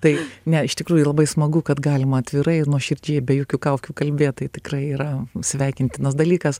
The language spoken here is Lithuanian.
tai ne iš tikrųjų labai smagu kad galima atvirai ir nuoširdžiai be jokių kaukių kalbėt tai tikrai yra sveikintinas dalykas